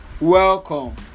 Welcome